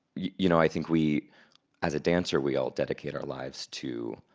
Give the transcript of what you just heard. you know i think we as a dancer we all dedicate our lives to